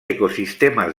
ecosistemes